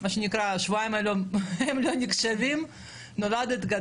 זה שהתהליך של היום, לא מספיק מכבד, לא מספיק